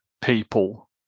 people